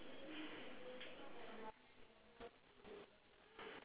oh the shoot the hoop then that means you have words there or you don't have any words there